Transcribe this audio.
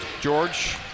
George